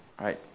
right